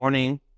Morning